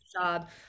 job